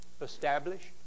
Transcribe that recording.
established